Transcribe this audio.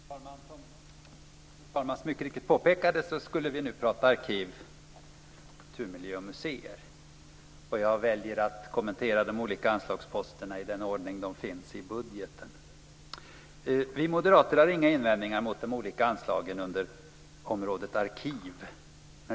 Fru talman! Som fru talman så riktigt påpekade skall vi nu prata arkiv, kulturmiljö och museer. Jag väljer att kommentera de olika anslagsposterna i den ordning de finns i budgeten. Vi moderater har inga invändningar mot de olika anslagen under området Arkiv.